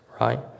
right